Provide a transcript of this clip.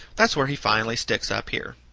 that's where he finally sticks up here.